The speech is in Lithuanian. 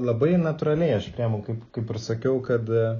labai natūraliai aš priimu kaip kaip ir sakiau kad